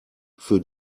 für